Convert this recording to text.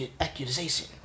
accusation